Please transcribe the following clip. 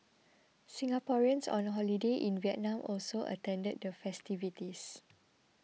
Singaporeans on the holiday in Vietnam also attended the festivities